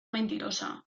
mentirosa